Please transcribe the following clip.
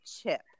chip